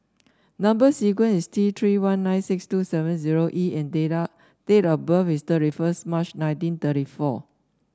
number sequence is T Three one nine six two seven zero E and date date of birth is thirty one March nineteen thirty four